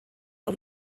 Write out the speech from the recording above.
und